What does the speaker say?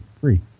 free